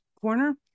corner